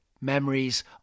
Memories